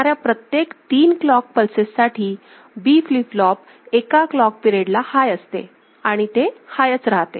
येणाऱ्या प्रत्येक तीन क्लॉक पल्सेस साठी B फ्लीप फ्लोप एका क्लॉक पिरियेड ला हाय असते आणि ते हायच राहते